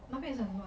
那边很乱